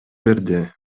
жерде